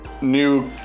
new